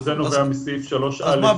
שזה נובע מסעיף 3/א --- אז מה,